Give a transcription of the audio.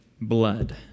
blood